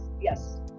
Yes